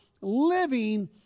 living